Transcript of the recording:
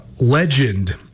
legend